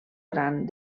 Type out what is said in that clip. gran